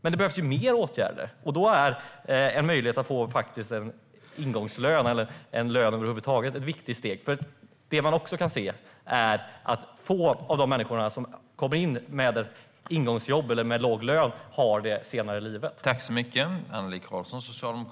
Men det behövs ju mer åtgärder. Då är det ett viktigt steg att det ska finnas en möjlighet att få en ingångslön eller en lön över huvud taget. Man kan också se att få av de människor som kommer in i ingångsjobb eller har låg lön har det också senare i livet.